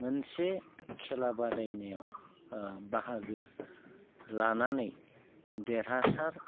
मोनसे खेला बादायनायाव बाहागो लानानै देरहासार